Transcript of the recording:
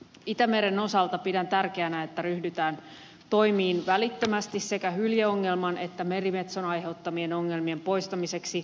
itämeren osalta pidän tärkeänä että ryhdytään toimiin välittömästi sekä hyljeongelman että merimetson aiheuttamien ongelmien poistamiseksi